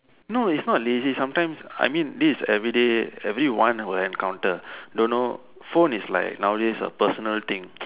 no it's not lazy sometime I mean this is everyday everyone will encounter don't know phone is like nowadays a personal thing